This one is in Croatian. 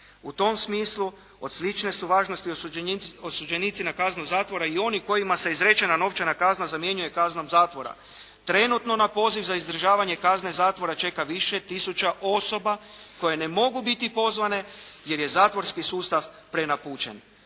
U tom smislu od slične su važnosti osuđenici na kaznu zatvora i oni kojima se izrečena novčana kazna zamjenjuje kaznom zatvora. Trenutno na poziv za izdržavanje kazne zatvora čeka više tisuća osoba koje ne mogu biti pozvane jer je zatvorski sustav prenapučen.